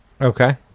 Okay